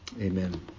Amen